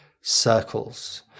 circles